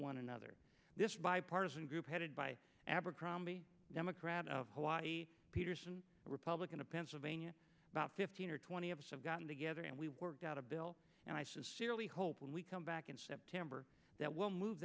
one another this bipartisan group headed by abercrombie democrat of hawaii peterson republican of pennsylvania about fifteen or twenty of us have gotten together and we worked out a bill and i sincerely hope when we come back in september that we'll move